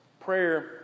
Prayer